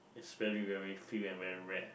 is very very few and very rare